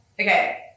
Okay